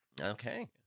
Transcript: Okay